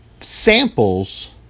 samples